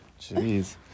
Jeez